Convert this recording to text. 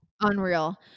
Unreal